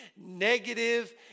negative